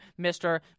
Mr